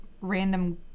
random